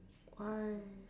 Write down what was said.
why